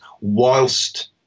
whilst